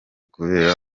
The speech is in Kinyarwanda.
kubera